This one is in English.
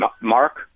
Mark